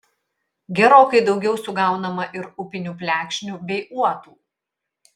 gerokai daugiau sugaunama ir upinių plekšnių bei uotų